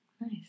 Nice